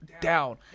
down